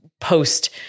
post